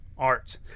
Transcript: art